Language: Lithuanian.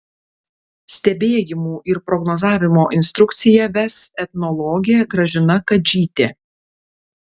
stebėjimų ir prognozavimo instrukciją ves etnologė gražina kadžytė